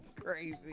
Crazy